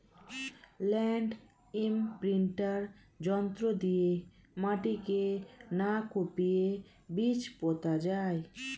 land imprinter যন্ত্র দিয়ে মাটিকে না কুপিয়ে বীজ পোতা যায়